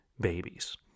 babies